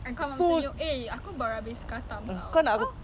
oh my yes yes yes